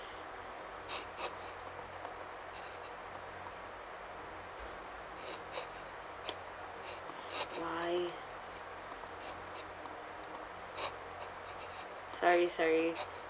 why sorry sorry